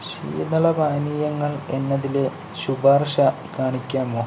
ശീതള പാനീയങ്ങൾ എന്നതിലെ ശുപാർശ കാണിക്കാമോ